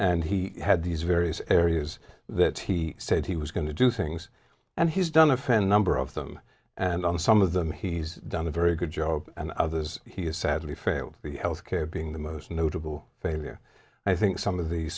and he had these various areas that he said he was going to do things and he's done offend number of them and on some of them he's done a very good job and others he has sadly failed the health care being the most notable failure i think some of the